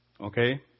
okay